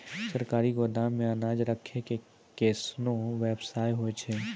सरकारी गोदाम मे अनाज राखै के कैसनौ वयवस्था होय छै?